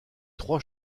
trois